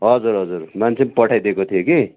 हजुर हजुर मान्छे पनि पठाइदिएको थिएँ कि